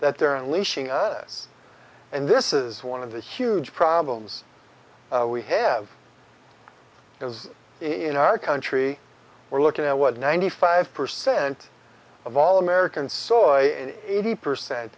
that they're unleashing us and this is one of the huge problems we have because in our country we're looking at what ninety five percent of all american soil and eighty percent